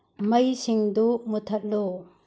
ꯃꯩꯁꯤꯡꯗꯨ ꯃꯨꯠꯊꯠꯂꯨ